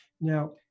Now